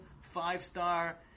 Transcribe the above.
five-star